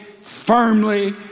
firmly